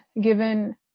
given